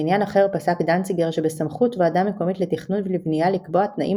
בעניין אחר פסק דנציגר שבסמכות ועדה מקומית לתכנון ולבנייה לקבוע תנאים